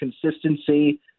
consistency